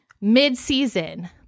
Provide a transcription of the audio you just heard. mid-season